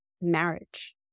marriage